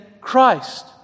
Christ